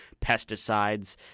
pesticides